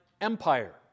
Empire